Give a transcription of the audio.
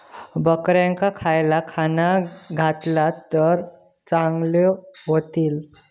बकऱ्यांका खयला खाणा घातला तर चांगल्यो व्हतील?